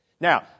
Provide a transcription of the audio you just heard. Now